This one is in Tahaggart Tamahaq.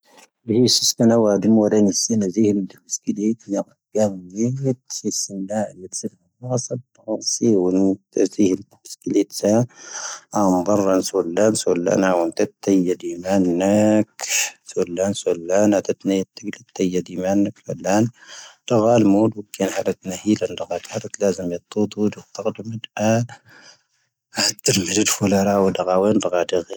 ⵇⵓⵍⵉⵙ ⵙⵉⵙⵜⴰ ⵏⴰⵡⴰⴷⵓⵎ ⵀⴰⵔⴰⵙⵉⵙ ⵏⴰⴷⵉⵎ ⵙⵉⵙⵉ ⵎⴰⵡⴰⵜ ⵡⴰⴷⵉ ⵜⴰⵜⵉⵎ ⴽⵉⵍⵉⵜⵣⴰ ⴰⵏⴷⴰⵔⵔⴰⵙⴰ ⵙⵓⵍⴷⴰⵏ ⴷⵓⵍⴷⴰⵏ ⴰⵜⴻⴽⵉ ⵏⵜⴻⴽⵉ ⴳⵀⵉⵍⵎⴰⵏ ⵏⴻⵜⵙⵀ ⵙⵓⵍⴷⴰⵏ ⵙⵓⵍⴷⴰⵏ ⴰⵜⴻⴽⵉ ⵜⴰⴳⵀⴰⵜ ⵜⴰⴳⵀⴻⵔⴰⵜ ⵢⴻⵜⵜⵓⵜ ⵏⵉ ⴰⴰⵜⴻⵜ ⵏⴰⴷⵓⵔⵏ ⴰ